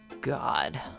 god